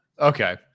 okay